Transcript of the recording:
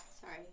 Sorry